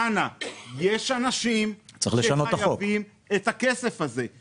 צריך לזכור שיש אנשים שחייבים את הכסף הזה,